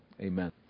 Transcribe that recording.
Amen